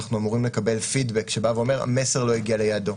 אנחנו אמורים לקבל פידבק שאומר "המסר לא הגיע ליעדו".